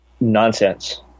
nonsense